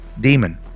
demon